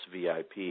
VIP